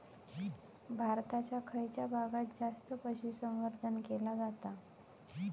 भारताच्या खयच्या भागात जास्त पशुसंवर्धन केला जाता?